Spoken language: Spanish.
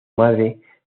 madre